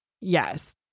Yes